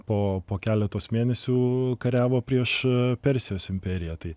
po po keletos mėnesių kariavo prieš persijos imperiją tai